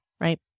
right